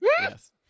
Yes